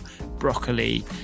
broccoli